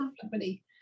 company